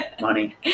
money